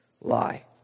lie